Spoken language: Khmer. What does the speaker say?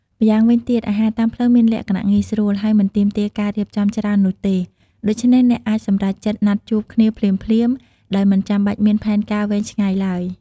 ម្យ៉ាងវិញទៀត អាហារតាមផ្លូវមានលក្ខណៈងាយស្រួល ហើយមិនទាមទារការរៀបចំច្រើននោះទេ ដូច្នេះអ្នកអាចសម្រេចចិត្តណាត់ជួបគ្នាភ្លាមៗ ដោយមិនចាំបាច់មានផែនការវែងឆ្ងាយឡើយ។